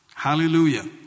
Hallelujah